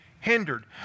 hindered